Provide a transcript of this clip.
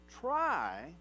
try